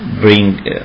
bring